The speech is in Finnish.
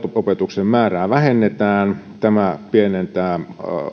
opetuksen määrää vähennetään tämä pienentää